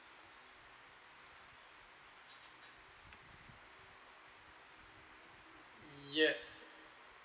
yes